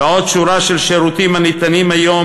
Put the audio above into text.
ועוד שורה של שירותים הניתנים היום